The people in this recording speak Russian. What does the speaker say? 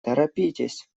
торопитесь